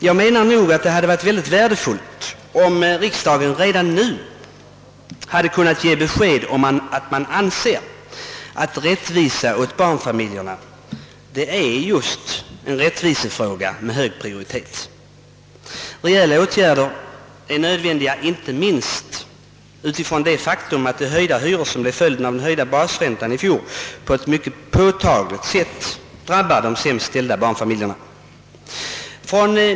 Jag menar att det hade varit mycket värdefullt om riksdagen redan nu hade kunnat ge besked om att frågan om rättvisa åt barnfamiljerna har hög prioritet. Kraftiga åtgärder är nödvändiga inte minst med hänsyn till det faktum att de höjda hyror som blev följden av den höjda basräntan i fjol på ett mycket påtagligt sätt drabbar de sämst ställda barnfamiljerna.